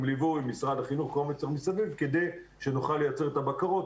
עם ליווי משרד החינוך וכל מה שצריך מסביב כדי שנוכל לייצר את הבקרות,